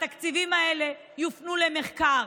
והתקציבים האלה יופנו למחקר.